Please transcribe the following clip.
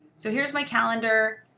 so here's my calendar.